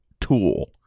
tool